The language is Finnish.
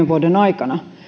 vuoden aikana